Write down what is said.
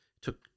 took